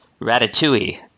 Ratatouille